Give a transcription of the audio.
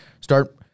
start